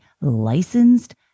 licensed